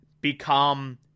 become